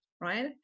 right